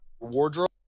Wardrobe